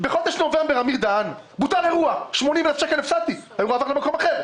בחודש נובמבר בוטל אירוע והפסדתי 80,000 שקל כי האירוע עבר למקום אחר.